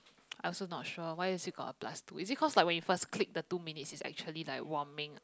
I also not sure why is it got a plus two is it cause like when we first click the two minutes is actually like warming